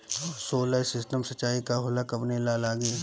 Solar system सिचाई का होला कवने ला लागी?